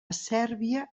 sèrbia